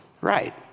Right